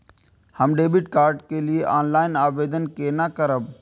हम debit card के लिए ऑनलाइन आवेदन केना करब?